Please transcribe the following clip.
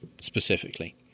specifically